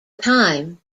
time